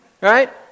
Right